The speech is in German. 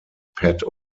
pat